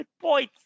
points